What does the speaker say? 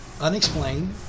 unexplained